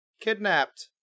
kidnapped